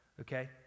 Okay